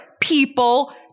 people